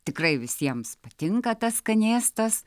tikrai visiems patinka tas skanėstas